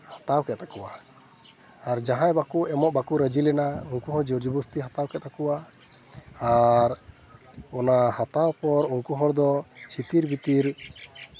ᱦᱟᱛᱟᱣ ᱠᱮᱫ ᱛᱟᱠᱚᱣᱟ ᱟᱨ ᱡᱟᱦᱟᱸᱭ ᱵᱟᱠᱚ ᱮᱢᱚᱜ ᱵᱟᱠᱚ ᱨᱟᱹᱡᱤ ᱞᱮᱱᱟ ᱩᱱᱠᱩ ᱦᱚᱸ ᱡᱳᱨ ᱡᱳᱵᱚᱥᱛᱤ ᱦᱟᱛᱟᱣ ᱠᱮᱫ ᱛᱟᱠᱚᱣᱟ ᱟᱨ ᱚᱱᱟ ᱦᱟᱛᱟᱣ ᱯᱚᱨ ᱩᱱᱠᱩ ᱦᱚᱲᱫᱚ ᱪᱷᱤᱛᱤᱨ ᱵᱤᱛᱤᱨ